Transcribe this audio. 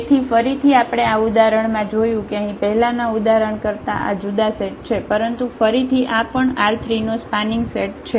તેથી ફરીથી આપણે આ ઉદાહરણમાં જોયું કે અહીં પહેલાના ઉદાહરણ કરતા આ જુદા સેટ છે પરંતુ ફરીથી આ પણ R3 નો સ્પાનિંગ સેટ છે